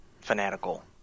Fanatical